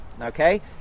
okay